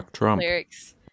lyrics